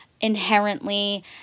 inherently